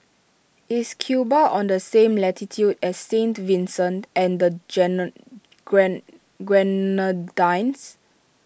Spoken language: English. Is Cuba on the same latitude as Saint Vincent and the Grenadines